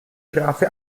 strafe